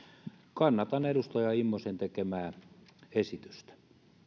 kannatan edustaja immosen tekemää esitystä